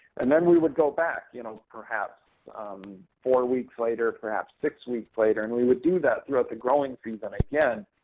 and then we would go back you know perhaps four weeks later, perhaps six weeks later, and we would do that throughout the growing season, again,